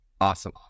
Awesome